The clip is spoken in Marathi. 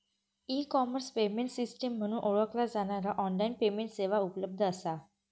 ई कॉमर्स पेमेंट सिस्टम म्हणून ओळखला जाणारा ऑनलाइन पेमेंट सेवा उपलब्ध असा